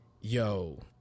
yo